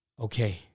okay